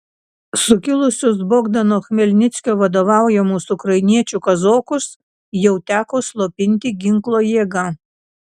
sukilusius bogdano chmelnickio vadovaujamus ukrainiečių kazokus jau teko slopinti ginklo jėga